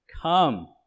come